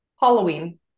Halloween